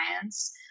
science